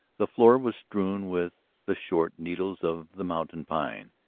the floor was strewn with the short needles of the mountain pine.